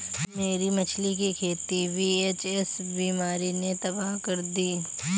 मेरी मछली की खेती वी.एच.एस बीमारी ने तबाह कर दी